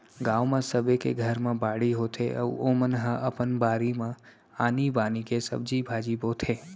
गाँव म सबे के घर म बाड़ी होथे अउ ओमन ह अपन बारी म आनी बानी के सब्जी भाजी बोथे